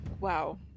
Wow